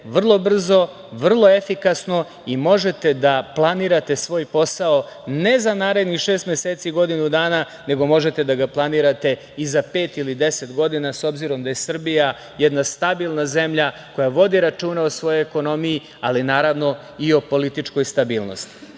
vrlo brzo, efikasno i možete da planirate svoj posao, ne za narednih šest meseci, godinu dana, nego možete da ga planirate i za pet, deset godina, obzirom da je Srbija jedna stabilna zemlja koja vodi računa o svojoj ekonomiji, ali naravno i o političkoj stabilnosti,